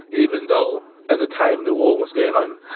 even though at the time the war was going on.